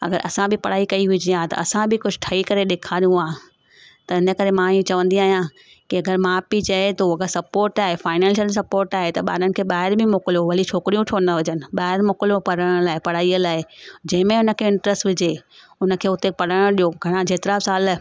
अगरि असां बि पढ़ाई कई हुजे हा त असां बि कुझु ठई करे ॾेखारियूं हां त इनकरे मां इहो चवंदी आहियां की अगरि माउ पीउ चवे थो अगरि सपोट आहे फाइनेंशियल सपोट आहे त ॿारनि खे ॿहिरि बि मोकिलियो भली छोकिरियूं छो न हुजनि ॿाहिरि मोकिलियो पढ़ण लाइ पढ़ाईअ लाइ जंहिं में हुनखे इंटरेस्ट हुजे हुनखे उते पढ़ण ॾियो घणा जेतिरा साल